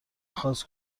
خاص